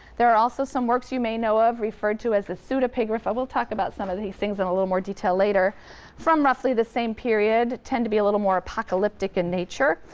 there are also some works you may know of, referred to as the pseudepigrapha we'll talk about some of these things in a little more detail later from roughly the same period tend to be a little more apocalyptic in nature,